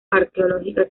arqueológica